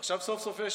עכשיו סוף-סוף יש